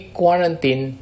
quarantine